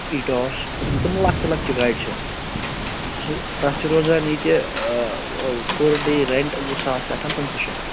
اِٹاس یِم تِمو لۄکچہٕ لۄکچہٕ گاڑِ چھِ سُہ تَتھ چھِ روزان ییٚتہِ پٔر ڈے ریٚنٹ زٕ ساس پٮ۪ٹھ پٕنٛژٕہ شیٚتھ